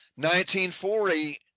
1940